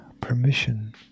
permission